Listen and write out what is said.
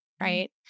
Right